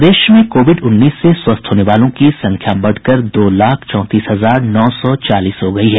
प्रदेश में कोविड उन्नीस से स्वस्थ होने वालों की संख्या बढ़कर दो लाख चौंतीस हजार नौ सौ चालीस हो गई है